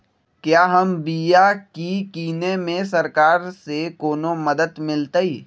क्या हम बिया की किने में सरकार से कोनो मदद मिलतई?